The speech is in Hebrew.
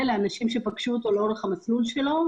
ולאנשים שפגשו אותו לאורך המסלול שלו,